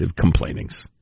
complainings